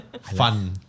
Fun